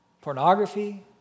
pornography